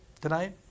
tonight